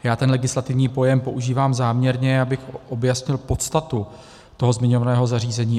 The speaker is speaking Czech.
Já ten legislativní pojem používám záměrně, abych objasnil podstatu toho zmiňovaného zařízení.